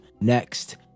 next